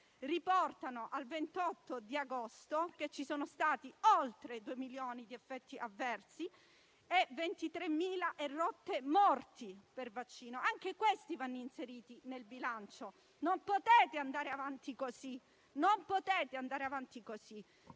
riportano - al 28 agosto - che ci sono stati oltre due milioni di effetti avversi e più di 23.000 morti per vaccino. Anche questi vanno inseriti nel bilancio. Non potete andare avanti così.